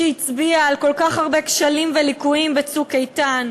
שהצביע על כל כך הרבה כשלים וליקויים ב"צוק איתן",